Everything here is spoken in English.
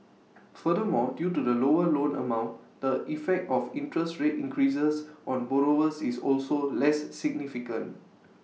furthermore due to the lower loan amount the effect of interest rate increases on borrowers is also less significant